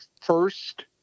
first